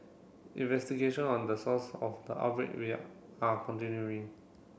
investigation on the source of the outbreak are continuing